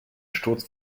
sturz